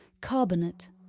carbonate